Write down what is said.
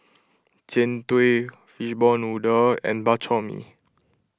Jian Dui Fishball Noodle and Bak Chor Mee